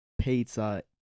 pizza